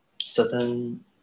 certain